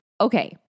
Okay